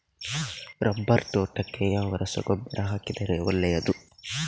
Rubber ತೋಟಕ್ಕೆ ಯಾವ ರಸಗೊಬ್ಬರ ಹಾಕಿದರೆ ಒಳ್ಳೆಯದು?